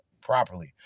properly